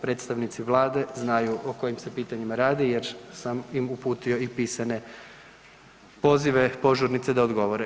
Predstavnici Vlade znaju o kojim se pitanjima radi jer sam im uputio i pisane pozive, požurnice da odgovore.